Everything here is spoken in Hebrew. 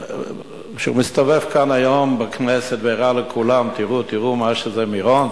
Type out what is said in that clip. שהוא מסתובב כאן היום בכנסת ומראה לכולם: תראו תראו מה זה מירון,